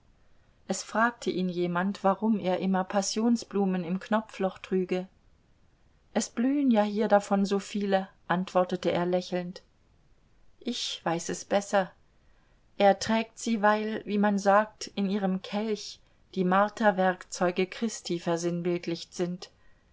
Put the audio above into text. es fragte ihn jemand warum er immer passionsblumen im knopfloch trüge es blühen ja hier davon so viele antwortete er lächelnd ich weiß es besser er trägt sie weil wie man sagt in ihrem kelch die marterwerkzeuge christi versinnbildlicht sind